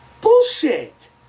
Bullshit